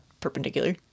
perpendicular